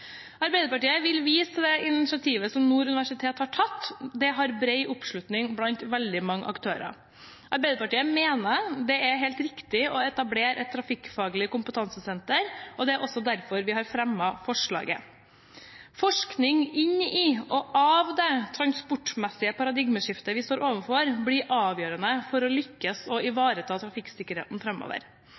Arbeiderpartiet vil vise til at det initiativet Nord universitet har tatt, har bred oppslutning blant mange aktører. Arbeiderpartiet mener det er helt riktig å etablere et trafikkfaglig kompetansesenter. Derfor har vi også fremmet forslaget. Forskningen inn i, og av det transportmessige paradigmeskiftet vi står overfor, blir avgjørende for å lykkes og ivareta trafikksikkerheten